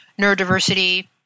neurodiversity